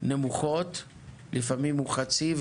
נמוכות הוא לפעמים חצי,